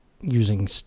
using